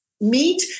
meet